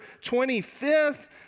25th